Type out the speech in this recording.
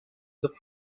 the